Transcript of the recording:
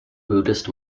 buddhist